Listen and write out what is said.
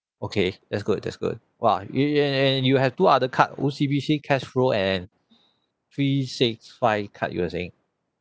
okay that's good that's good !wah! you you and and you have two other card O_C_B_C cashflo and three six five card you were saying